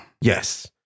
Yes